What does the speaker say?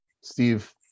steve